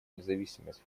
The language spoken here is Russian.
независимость